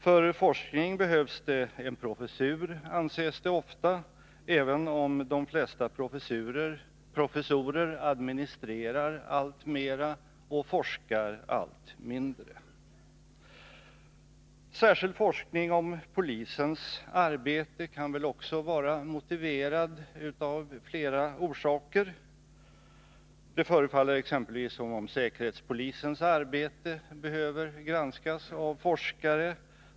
För forskning behövs en professur, anses det ofta — även om de flesta professorer administrerar alltmer och forskar allt mindre. Särskild forskning om polisens arbete kan väl också vara motiverad av flera orsaker. Det förefaller exempelvis som om säkerhetspolisens arbete behöver granskas av forskare.